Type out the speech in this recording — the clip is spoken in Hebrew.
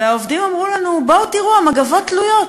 והעובדים אמרו לנו: בואו תראו, המגבות תלויות,